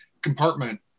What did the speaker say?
compartment